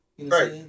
Right